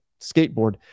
skateboard